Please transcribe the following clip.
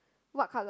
what colour